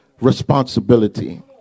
responsibility